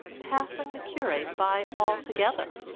passing the curate by altogether.